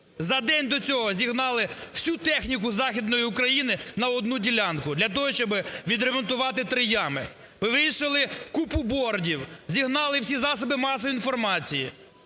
за день до цього зігнали всю техніку Західної України на одну ділянку для того, щоб відремонтувати три ями. Повивішували купу бордів, зігнали всі засоби масової інформації.